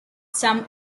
some